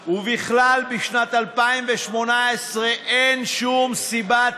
ובכלל, בשנת 2018 אין שום סיבה טכנית,